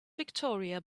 victoria